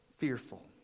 fearful